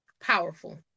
powerful